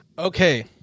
Okay